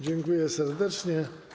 Dziękuję serdecznie.